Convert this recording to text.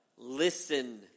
Listen